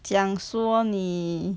讲说你